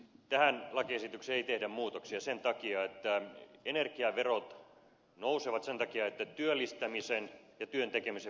tähän lakiesitykseen ei tehdä muutoksia sen takia että energiaverot nousevat koska työllistämisen ja työn tekemisen verotusta on laskettu